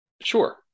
Sure